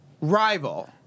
Rival